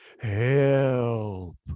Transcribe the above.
Help